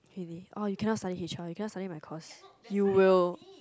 really oh you cannot study h_r you cannot study my course you will